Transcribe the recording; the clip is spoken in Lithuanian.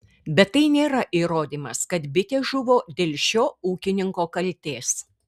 bet tai nėra įrodymas kad bitės žuvo dėl šio ūkininko kaltės